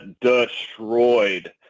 destroyed